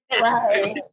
Right